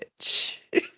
bitch